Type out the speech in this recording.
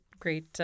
Great